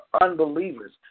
unbelievers